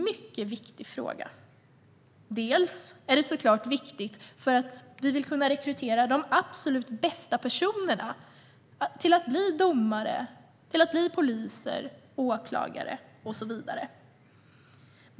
Det är såklart viktigt för att vi vill kunna rekrytera de absolut bästa personerna till att bli domare, poliser, åklagare och så vidare.